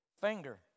finger